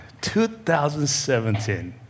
2017